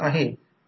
तर A ∅m Bmax